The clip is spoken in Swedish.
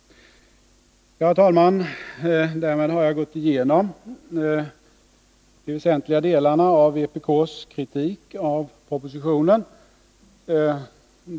Herr talman! Därmed har jag gått igenom de väsentliga delarna av vpk:s kritik av propositionen.